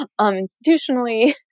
institutionally